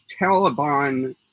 Taliban